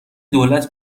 دولت